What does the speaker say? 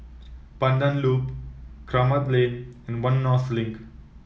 Pandan Loop Kramat Lane and One North Link